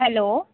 hello